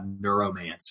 neuromancer